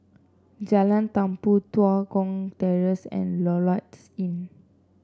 Jalan Tumpu Tua Kong Terrace and Lloyds Inn